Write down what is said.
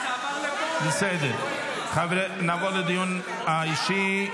נעבור לדיון האישי.